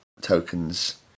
tokens